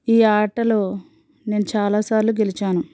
ఈ ఆటలో నేను చాలా సార్లు గెలిచాను